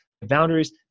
boundaries